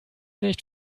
nicht